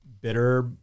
bitter